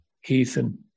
heathen